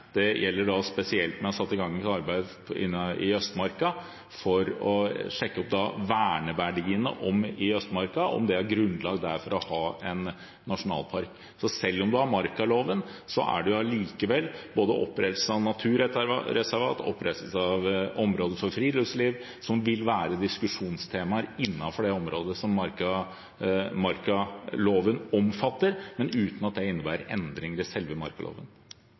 Det gjelder spesielt et arbeid jeg har satt i gang knyttet til Østmarka, for å sjekke verneverdiene i Østmarka og om det er grunnlag for en nasjonalpark der. Selv om en har markaloven, vil allikevel opprettelse av naturreservat og opprettelse av område for friluftsliv være diskusjonstemaer innenfor det området som markaloven omfatter, men uten at det innebærer endringer i selve markaloven.